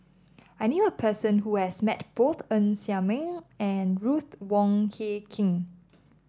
I knew a person who has met both Ng Ser Miang and Ruth Wong Hie King